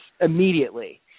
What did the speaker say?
immediately